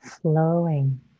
flowing